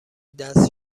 دست